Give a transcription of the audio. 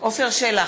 עפר שלח,